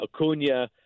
Acuna